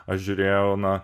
aš žiūrėjau na